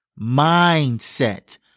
Mindset